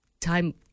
time